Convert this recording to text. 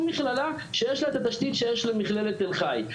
מכללה שיש לה את התשתית שיש למכללת תל חי.